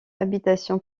habitation